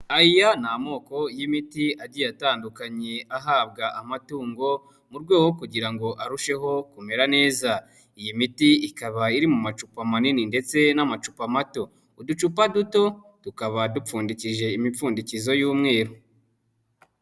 Aya ni amoko y'imiti agiye atandukanye ahabwa amatungo mu rwego kugira ngo arusheho kumera neza. Iyi miti ikaba iri mu macupa manini ndetse n'amacupa mato. Uducupa duto tukaba dupfundikishije imipfundikizo y'umweru.